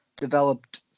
developed